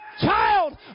child